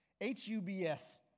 H-U-B-S